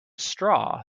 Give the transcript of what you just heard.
straw